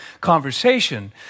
conversation